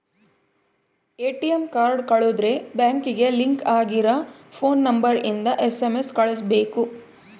ATM card ಕಳುದ್ರೆ ಬ್ಯಾಂಕಿಗೆ link ಆಗಿರ ಫೋನ್ ನಂಬರ್ ಇಂದ ಎಸ್.ಎಮ್.ಎಸ್ ಕಳ್ಸ್ಬೆಕು